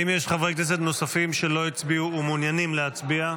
בעד האם יש חברי כנסת נוספים שלא הצביעו ומעוניינים להצביע?